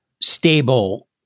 stable